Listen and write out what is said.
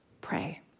pray